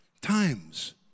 times